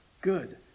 good